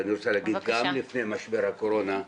אני רוצה להגיד, גם לפני משבר הקורונה,